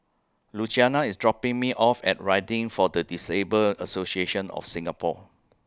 Luciana IS dropping Me off At Riding For The Disabled Association of Singapore